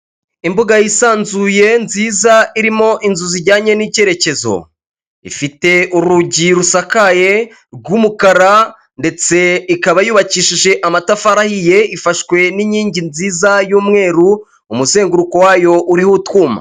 Imbuga yisanzuye nziza irimo inzu zijyanye n'icyerekezo, ifite urugi rusakaye rw'umukara ndetse ikaba yubakishije amatafari ahiye, ifashwe n'inkingi nziza y'umweru umusenguruko wayo uriho utwuma.